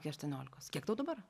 iki aštuoniolikos kiek tau dabar